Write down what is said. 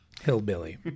hillbilly